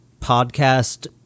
podcast